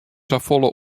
safolle